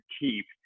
keep